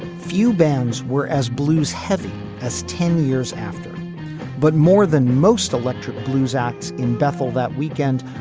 few bands were as blues heavy as ten years after but more than most electric blues acts in bethel that weekend.